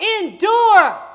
endure